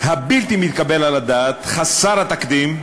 הבלתי-מתקבל על הדעת, חסר התקדים,